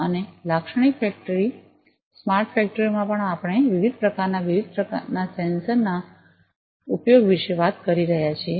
અને લાક્ષણિક factory smart ફેક્ટરીઓ માં આપણે વિવિધ પ્રકારના વિવિધ પ્રકારના સેન્સરના વિવિધ પ્રકારોના ઉપયોગ વિશે વાત કરી રહ્યા છીએ